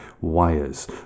wires